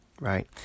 right